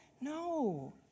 no